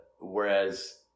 whereas